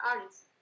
artists